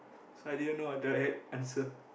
so I didn't know a direct answer